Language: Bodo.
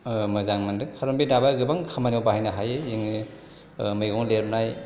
मोजां मोनदों कारन बे दाबाया गोबां खामानियाव बाहायनो हायो जोङो मैगं देरनाय